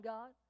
God